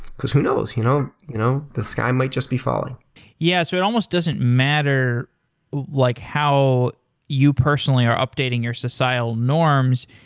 because who knows? you know you know the sky might just be falling yeah. so it almost doesn't matter like how you personally are updating your societal norms.